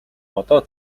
одоо